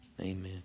Amen